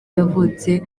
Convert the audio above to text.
yavutse